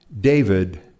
David